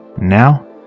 Now